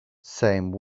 same